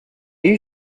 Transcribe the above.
you